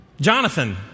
Jonathan